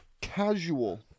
Casual